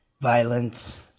violence